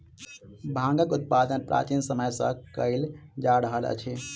भांगक उत्पादन प्राचीन समय सॅ कयल जा रहल अछि